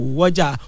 waja